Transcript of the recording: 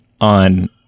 on